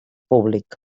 públic